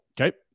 Okay